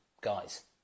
guys